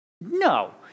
No